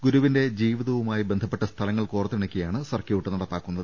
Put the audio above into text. ഗുരുവിന്റെ ജീവിതവുമായി ബന്ധപ്പെട്ട സ്ഥലങ്ങൾ കോർത്തിണക്കി യാണ് സർക്യൂട്ട് നടപ്പാക്കുന്നത്